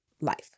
life